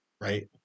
right